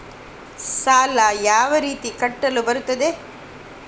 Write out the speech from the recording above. ಸಾಲ ಯಾವ ರೀತಿ ಕಟ್ಟಲು ಬರುತ್ತದೆ?